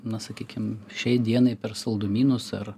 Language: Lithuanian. na sakykim šiai dienai per saldumynus ar